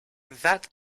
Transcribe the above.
that